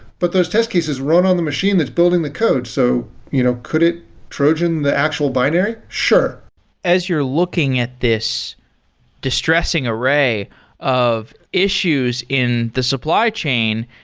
but those test cases run on the machine that's building the code. so you know could it trojan the actual binary? sure as you're looking at this distressing array of issues in the supply chain,